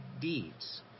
deeds